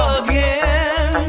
again